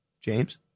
James